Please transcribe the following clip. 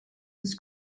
its